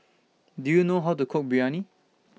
Do YOU know How to Cook Biryani